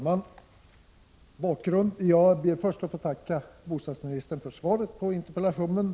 Herr talman! Jag ber att få tacka bostadsministern för svaret på interpellationen.